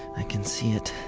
i can see it.